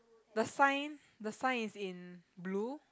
the signs the sign is in blue